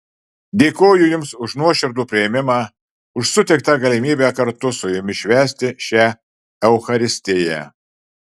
dėkoju jums už nuoširdų priėmimą už suteiktą galimybę kartu su jumis švęsti šią eucharistiją